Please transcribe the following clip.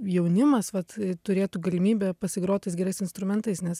jaunimas vat turėtų galimybę pasigrot tais gerais instrumentais nes